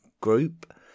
group